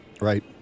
right